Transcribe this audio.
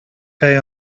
day